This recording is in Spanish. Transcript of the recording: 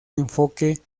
enfoque